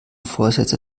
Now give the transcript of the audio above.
vorsätze